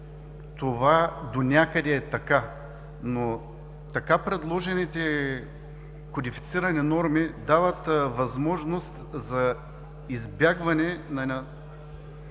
Това донякъде е така. Но така предложените кодифицирани норми дават възможност за избягване на